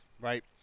right